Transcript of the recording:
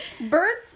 Birds